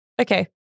Okay